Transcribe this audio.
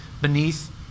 beneath